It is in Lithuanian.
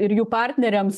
ir jų partneriams